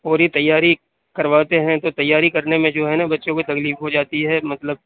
پوری تیاری کرواتے ہیں تو تیاری کرنے میں جو ہے نا بچوں کو تکلیف ہو جاتی ہے مطلب